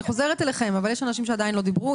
אני חוזרת אליכם, אבל יש אנשים שעדיין לא דיברו.